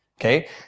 Okay